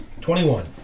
Twenty-one